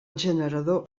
generador